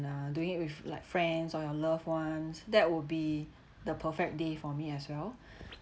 uh doing it with like friends or your loved ones that would be the perfect day for me as well